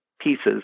pieces